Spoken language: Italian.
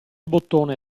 bottone